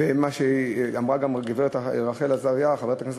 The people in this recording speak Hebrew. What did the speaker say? וכן מה שאמרה גם חברת הכנסת רחל עזריה,